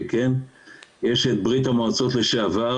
יש את ברית המועצות לשעבר,